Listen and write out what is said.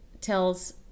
tells